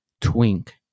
twink